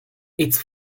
its